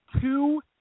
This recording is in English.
Two